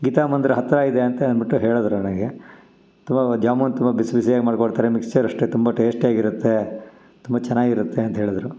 ಗೀತಾ ಮಂದಿರ ಹತ್ತಿರ ಇದೆ ಅಂತ ಅಂದ್ಬಿಟ್ಟು ಹೇಳಿದ್ರು ನನಗೆ ತುಂಬ ಜಾಮೂನು ತುಂಬ ಬಿಸಿಬಿಸಿಯಾಗಿ ಮಾಡಿಕೊಡ್ತಾರೆ ಮಿಕ್ಸ್ಚರ್ ಅಷ್ಟೇ ತುಂಬ ಟೇಶ್ಟಿಯಾಗಿ ಇರುತ್ತೆ ತುಂಬ ಚೆನ್ನಾಗಿರುತ್ತೆ ಅಂತ ಹೇಳಿದ್ರು